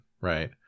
right